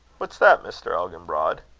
what's that, mr. elginbrod?